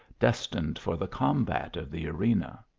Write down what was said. destined for the combat of the arena.